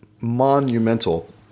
monumental